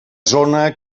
zona